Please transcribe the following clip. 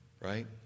Right